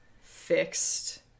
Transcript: fixed